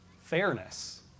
Fairness